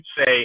say